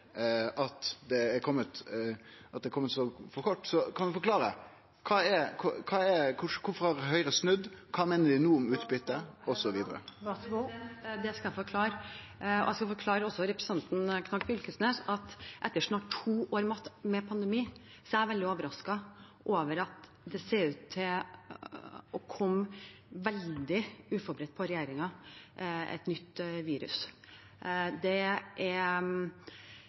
at ein har kome for kort. Kan representanten forklare kvifor Høgre har snudd? Kva meiner dei no om utbyte osv.? Det skal jeg forklare. Jeg skal også forklare representanten Knag Fylkesnes at etter snart to år med pandemi er jeg veldig overrasket over at et nytt virus ser ut til å komme veldig uforberedt på regjeringen. Det er veldig problematisk for bedriftene våre, for næringslivet, at det skapes så stor usikkerhet. Jeg er